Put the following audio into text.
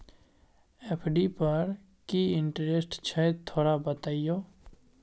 FD पर की interest छय थोरा बतईयो?